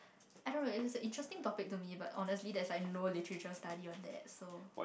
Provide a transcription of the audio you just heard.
I don't really but it's a interesting topic to me but honestly there's like no literature study on that so